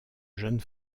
jeune